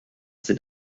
sind